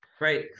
Right